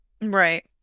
Right